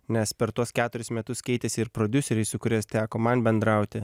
nes per tuos keturis metus keitėsi ir prodiuseriai su kurias teko man bendrauti